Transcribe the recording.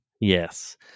Yes